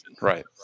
Right